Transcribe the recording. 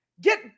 get